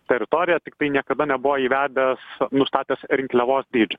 teritorija tiktai niekada nebuvo įvedęs nustatęs rinkliavos dydžio